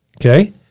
Okay